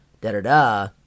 da-da-da